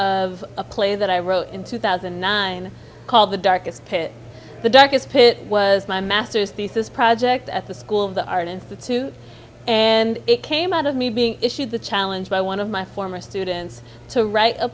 of a play that i wrote in two thousand and nine called the darkest pit the darkest pit was my master's thesis project at the school of the art institute and it came out of me being issued the challenge by one of my former students to write a